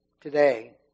Today